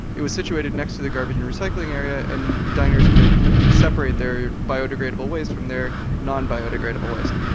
it was situated next to the garbage and recycling area and diners could separate their biodegradable waste from their non-biodegradable waste.